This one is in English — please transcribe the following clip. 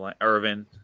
Irvin